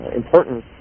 important